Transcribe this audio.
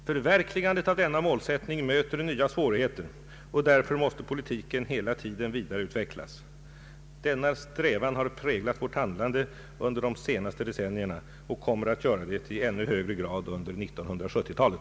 Förverkligandet av denna målsättning möter nya svårigheter, och därför måste politiken hela tiden vidareutvecklas. Denna strävan har präglat vårt handlande under de senaste decennierna och kommer att göra det i ännu högre grad under 1970-talet.